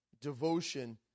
devotion